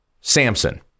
Samson